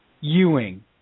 Ewing